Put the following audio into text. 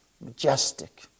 Majestic